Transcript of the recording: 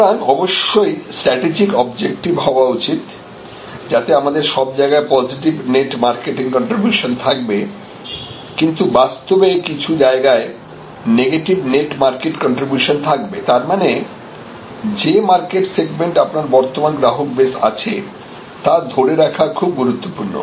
সুতরাং অবশ্যই strategic objective হওয়া উচিত যাতে আমাদের সব জায়গায় পজেটিভ নেট মার্কেট কন্ট্রিবিউশন থাকবে কিন্তু বাস্তবে কিছু জায়গায় নেগেটিভ নেট মার্কেট কন্ট্রিবিউশন থাকবে তারমানে যে মার্কেট সেগমেন্ট আপনার বর্তমান গ্রাহক বেস আছে তা ধরে রাখা খুব গুরুত্বপূর্ণ